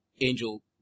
angel